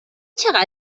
چقدر